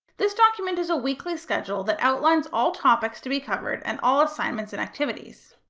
this document is a weekly schedule that outlines all topics to be covered and all assignments and activities.